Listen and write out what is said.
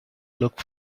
look